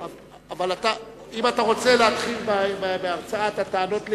אבל אם אתה רוצה להתחיל בהרצאת הטענות לאי-אמון,